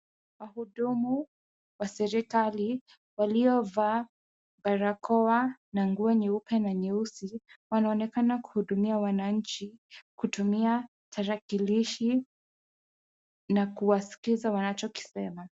Wahudumu wa serikali waliovaa barakoa na nguo nyeupe na nyeusi, wanaonekana kuhudumia wananchi kutumia tarakilishi na kuwaskiza wanachokisema.